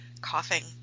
coughing